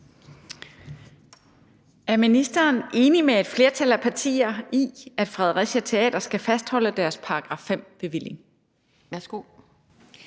Er ministeren enig med et flertal af partier i, at Fredericia Teater skal fastholde deres § 5-bevilling? Anden